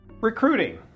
Recruiting